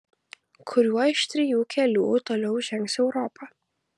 kuriuo iš trijų kelių toliau žengs europa